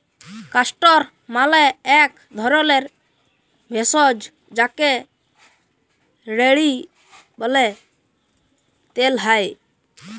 castor মালে এক ধরলের ভেষজ যাকে রেড়ি ব্যলে তেল হ্যয়